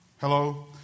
hello